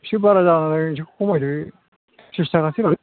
एसे बारा जाबाय एसे खमायदो त्रिस थाखासो